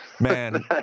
man